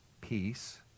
peace